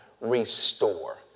restore